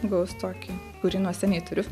gaus tokį kurį nuo seniai turiu